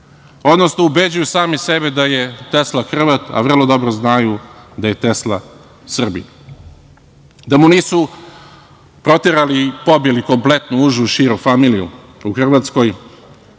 odnosno ubeđuju sami sebe da je Tesla Hrvat, a vrlo dobro znaju da je Tesla Srbin. Da mu nisu proterali i pobili kompletnu užu i širu familiju u Hrvatskoj,